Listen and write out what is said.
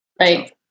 Right